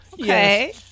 Okay